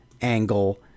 angle